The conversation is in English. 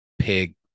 pig